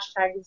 hashtags